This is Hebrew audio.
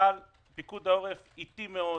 אבל פיקוד העורף אטי מאוד,